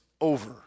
over